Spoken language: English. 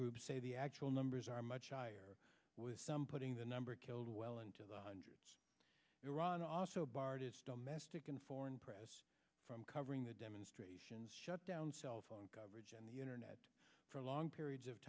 groups say the actual numbers are much higher with some putting the number killed well into the hundreds iran also barred is still mastic and foreign press from covering the demonstrations shut down cell phone coverage and the internet for long periods of